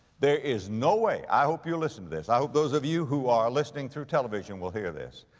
there is no way, i hope you'll listen to this, i hope those of you who are listening through television will hear this.